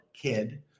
kid